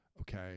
okay